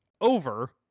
over